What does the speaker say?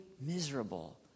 miserable